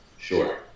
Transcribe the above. Sure